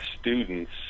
students